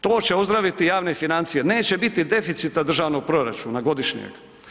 To će ozdraviti javne financije, neće biti deficita državnog proračuna godišnjeg.